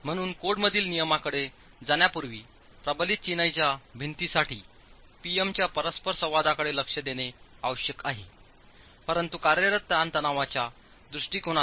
म्हणून कोडमधील नियमांकडे जाण्यापूर्वी प्रबलित चिनाईच्या भिंतींसाठी P M च्या परस्परसंवादाकडे लक्ष देणे आवश्यक आहे परंतु कार्यरत ताणण्याच्या दृष्टीकोनातून